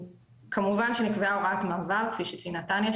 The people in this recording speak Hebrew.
כמובן שנקבעה הוראת מעבר כפי שציינה תניה,